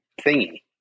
thingy